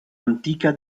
antica